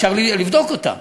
אפשר לבדוק אותה,